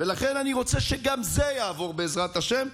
ולכן אני רוצה שגם זה יעבור, בעזרת השם.